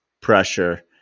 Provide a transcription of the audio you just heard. pressure